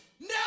No